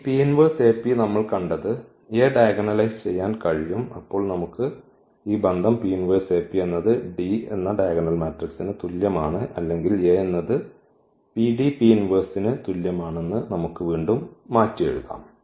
അതിനാൽ ഈ നമ്മൾ കണ്ടത് A ഡയഗണലൈസ് ചെയ്യാൻ കഴിയും അപ്പോൾ നമുക്ക് ഈ ബന്ധം എന്നത് D ന് തുല്യമാണ് അല്ലെങ്കിൽ A എന്നത് ന് തുല്യമാണെന്ന് നമുക്ക് വീണ്ടും മാറ്റി എഴുതാം